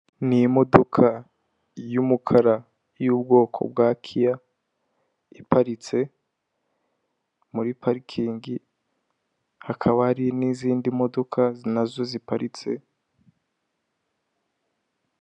Ni imodoka y'umukara y'ubwoko bwa kiya, iparitse muri parikingi, hakaba hari n'izindi modoka nazo ziparitse.